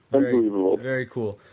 unbelievable very cool.